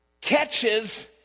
catches